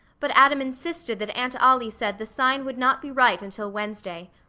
but adam insisted that aunt ollie said the sign would not be right until wednesday.